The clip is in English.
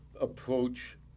approach